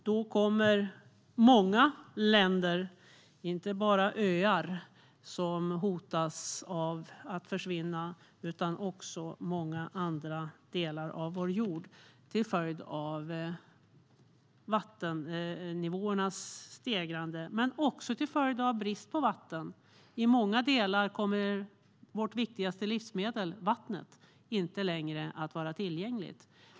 Då kommer många länder, och inte bara öar, hotas av att försvinna. Det gäller många delar av vår jord, och detta till följd av vattennivåernas stigande. Men det kan också ske till följd av brist på vatten. I många delar kommer vårt viktigaste livsmedel, vattnet, inte längre att vara tillgängligt.